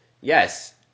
Yes